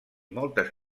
moltes